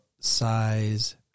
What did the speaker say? size